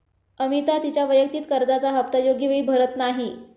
अमिता तिच्या वैयक्तिक कर्जाचा हप्ता योग्य वेळी भरत नाही